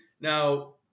Now